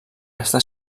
està